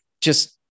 Just-